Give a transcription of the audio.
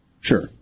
Sure